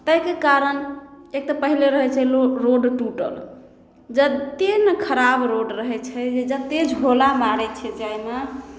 ताहिके कारण एक तऽ पहिले रहै छै लोक रोड टूटल जतेक ने खराब रोड रहै छै जे जतेक झोला मारै छै जायमे